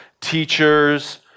teachers